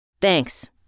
Thanks